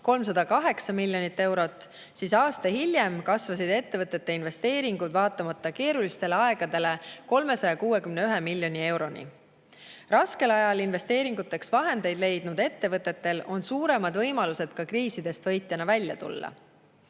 308 miljonit eurot, siis aasta hiljem kasvasid ettevõtete investeeringud vaatamata keerulistele aegadele 361 miljoni euroni. Raskel ajal investeeringuteks vahendeid leidnud ettevõtetel on suuremad võimalused ka kriisidest võitjana välja tulla.